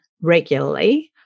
regularly